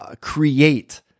create